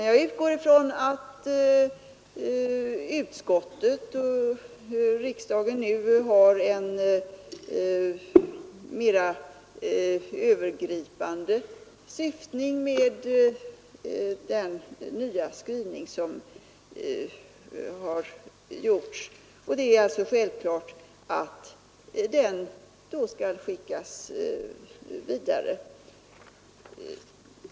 Jag utgår från att utskottet och riksdagen nu har en mera övergripande syftning, och det är då självklart att den skall skickas vidare.